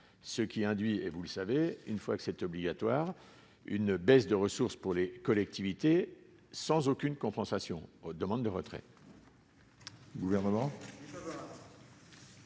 ce qui induit, et vous le savez, une fois que c'est obligatoire, une baisse de ressources pour les collectivités, sans aucune compensation demande de retrait.